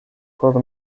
por